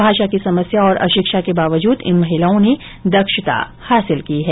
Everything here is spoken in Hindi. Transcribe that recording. भाषा की समस्या और अशिक्षा के बावजूद इन महिलाओं ने दक्षता हासिल की है